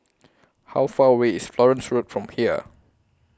How Far away IS Florence Road from here